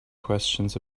questions